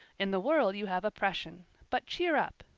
in the world you have oppression but cheer up!